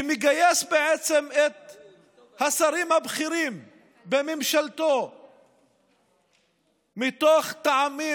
שמגייס את השרים הבכירים בממשלתו מתוך טעמים